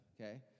okay